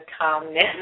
calmness